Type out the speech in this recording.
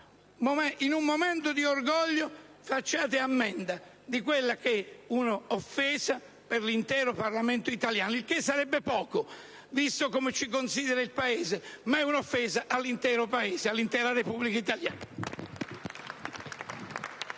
In un momento di orgoglio, fate ammenda di quella che è un'offesa per l'intero Parlamento italiano, il che significherebbe poco, visto come ci considera il Paese: ma è un'offesa all'intero Paese e all'intera Repubblica italiana!